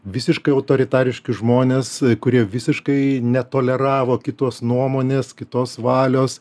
visiškai autoritariški žmonės kurie visiškai netoleravo kitos nuomonės kitos valios